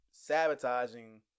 sabotaging